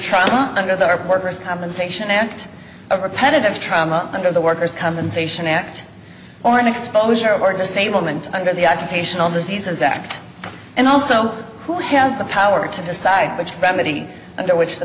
trauma under the reporters compensation act of repetitive trauma under the worker's compensation act or an exposure or disablement under the occupational diseases act and also who has the power to decide which remedy under which the